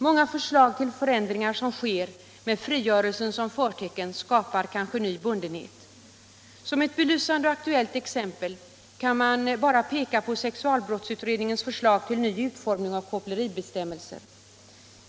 Många förslag till förändringar som har frigörelsen som förtecken skapar kanske ny bundenhet. Som ett belysande och aktuellt exempel kan man bara peka på sexualbrottsutredningens förslag till ny utformning av koppleribestämmelsen.